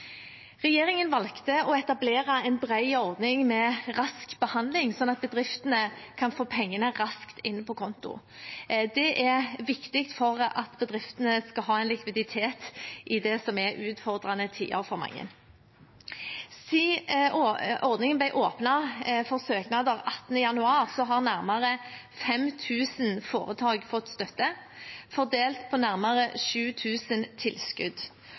Regjeringen valgte å etablere en bred ordning med rask behandling, sånn at bedriftene kan få pengene raskt inn på konto. Det er viktig for at bedriftene skal ha likviditet i det som er utfordrende tider for mange. Siden ordningen ble åpnet for søknader 18. januar, har nærmere 5 000 foretak fått støtte, fordelt på nærmere 7 000 tilskudd,